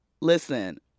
listen